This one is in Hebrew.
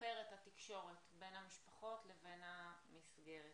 לשפר את התקשורת בין המשפחות לבין המסגרת.